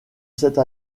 cette